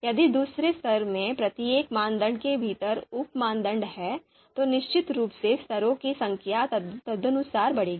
यदि दूसरे स्तर में प्रत्येक मानदंड के भीतर उप मानदंड हैं तो निश्चित रूप से स्तरों की संख्या तदनुसार बढ़ेगी